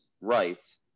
rights